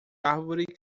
árvore